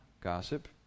Gossip